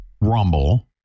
Rumble